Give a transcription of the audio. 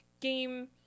game